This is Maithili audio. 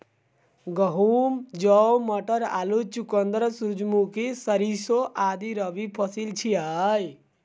गहूम, जौ, मटर, आलू, चुकंदर, सूरजमुखी, सरिसों आदि रबी फसिल छियै